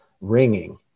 ringing